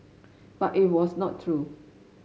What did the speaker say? but it was not true